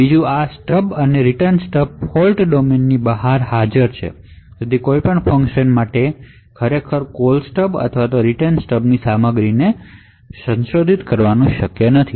બીજું આ સ્ટબ અને રીટર્ન સ્ટબ ફોલ્ટ ડોમેનની બહાર હાજર છે કોઈ પણ ફંકશન માટે કોલસ્ટબ અથવા રીટર્ન સ્ટબની કનટેન્ટને સંશોધિત કરવાનું શક્ય નથી